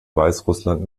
weißrussland